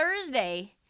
Thursday